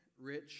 rich